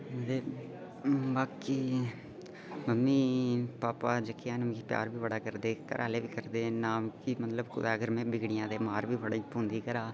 ते बाकी मम्मी भापा जेह्के है'न मिगी प्यार बी बड़ा करदे घरा आह्ले बी करदे न मिगी मतलब कुदै अगर में बिगड़ी जां ते मार बी बड़ी पौंदी घरा